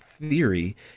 Theory